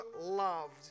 loved